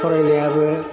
फरायनायाबो